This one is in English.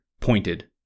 pointed